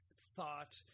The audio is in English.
thought